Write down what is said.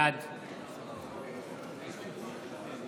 בעד